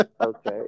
okay